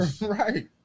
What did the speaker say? Right